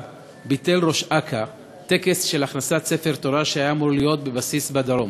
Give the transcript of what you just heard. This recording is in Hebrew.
ביטל ראש אכ"א טקס של הכנסת ספר תורה שהיה אמור להיות בבסיס בדרום.